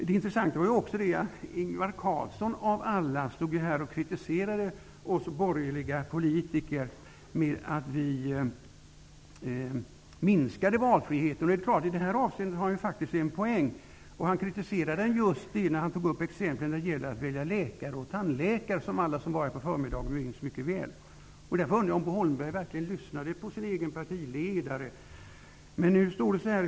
Det var intressant att Ingvar Carlsson av alla kritiserade oss borgerliga politiker för att vi minskar valfriheten. I det här avseendet har han faktiskt en poäng. Han tog som exempel valet av läkare och tandläkare, som alla som var här på förmiddagen kunde höra. Jag undrar om Bo Holmberg verkligen lyssnade på sin egen partiledare.